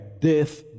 death